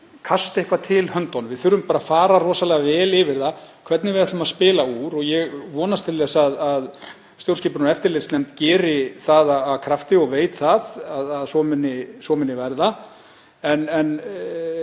kasta til höndum. Við þurfum bara að fara rosalega vel yfir það hvernig við ætlum að spila úr þessu og ég vonast til þess að stjórnskipunar- og eftirlitsnefnd geri það af krafti og veit að svo muni verða.